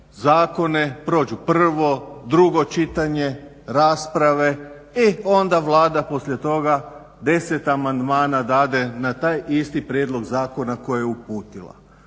zakone, prođu prvo, drugo čitanje, rasprave i onda Vlada poslije toga 10 amandmana dade na taj isti prijedlog zakona koji je uputila.